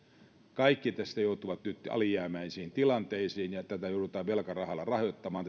kaikki tässä joutuvat nyt alijäämäisiin tilanteisiin ja tätä kriisiä joudutaan velkarahalla rahoittamaan